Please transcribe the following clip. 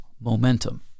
momentum